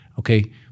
Okay